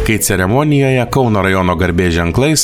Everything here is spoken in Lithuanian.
kai ceremonijoje kauno rajono garbės ženklais